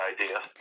idea